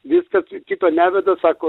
viskas kito neveda sako